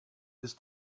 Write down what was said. ist